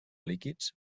líquids